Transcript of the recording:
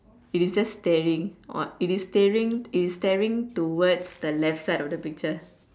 it is just staring on it is staring it's staring towards the left side of the picture